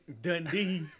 Dundee